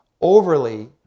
overly